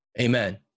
Amen